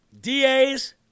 DAs